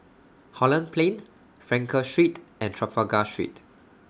Holland Plain Frankel Street and Trafalgar Street